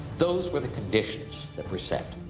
those were the conditions that were set.